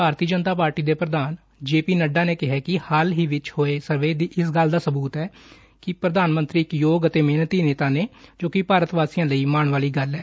ਭਾਰਤੀ Janata party ਦੇ ਪੁਧਾਨ J P Nadda ਨੇ ਕਿਹਾ ਕਿ ਹਾਲ ਹੀ ਵਿਚ ਹੋਇਆ ਸਰਵੇ ਇਸ ਗੱਲ ਦਾ ਸਬੂਤ ਏ ਕਿ ਪ੍ਰਧਾਨ ਮੰਤਰੀ ਇੱਕ ਯੋਗ ਅਤੇ ਮਿਹਨਤੀ ਨੇਤਾ ਨੇ ਜੋ ਭਾਰਤਵਾਸੀਆਂ ਲਈ ਮਾਣ ਵਾਲੀ ਗੱਲ ਹੈ